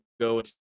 go